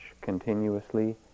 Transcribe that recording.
continuously